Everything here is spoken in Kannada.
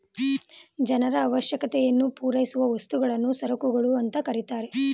ಜನರ ಅವಶ್ಯಕತೆಯನ್ನು ಪೂರೈಸುವ ವಸ್ತುಗಳನ್ನು ಸರಕುಗಳು ಅಂತ ಕರೆತರೆ